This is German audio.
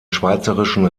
schweizerischen